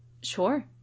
Sure